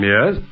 Yes